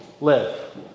live